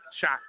Shot